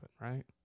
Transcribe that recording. right